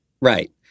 right